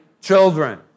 children